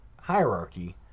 hierarchy